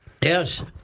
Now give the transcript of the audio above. Yes